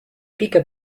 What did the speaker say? pica